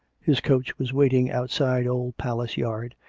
his coach was waiting outside old palace yard,